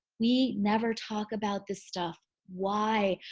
we never talk about this stuff why?